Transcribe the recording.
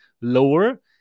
lower